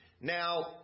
Now